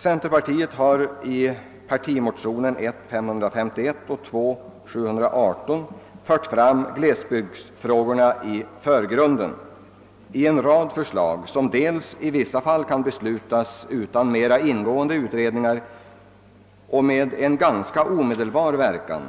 Centerpartiet har i motionsparet I: 551 och II: 718 fört fram glesbygdsfrågorna i förgrunden och redovisat en rad förslag, som vi i vissa fall kan besluta om utan mera ingående utredningar och med ganska omedelbar verkan,